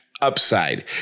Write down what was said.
upside